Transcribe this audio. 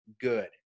good